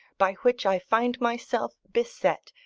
by which i find myself beset,